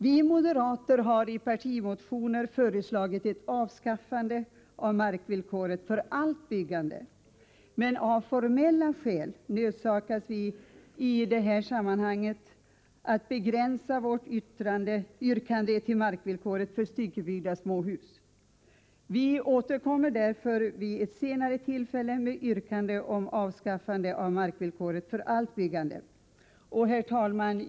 Vi moderater har i partimotioner föreslagit ett avskaffande av markvillkoret för allt byggande, men av formella skäl nödgas vi i detta sammanhang att begränsa vårt yrkande till markvillkoret för styckebyggda småhus. Vi återkommer därför vid ett senare tillfälle med yrkande om avskaffande av markvillkoret för allt byggande. Herr talman!